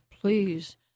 please